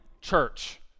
church